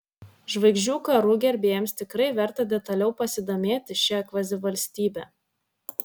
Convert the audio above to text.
žvaigždžių karų gerbėjams tikrai verta detaliau pasidomėti šia kvazivalstybe